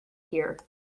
here